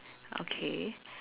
okay